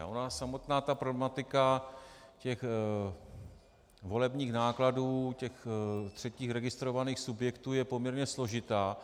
A ona samotná problematika těch volebních nákladů, těch třetích registrovaných subjektů je poměrně složitá.